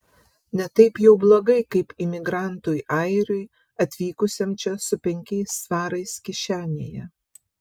ne taip jau blogai kaip imigrantui airiui atvykusiam čia su penkiais svarais kišenėje